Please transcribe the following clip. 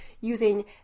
using